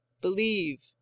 believe